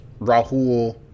Rahul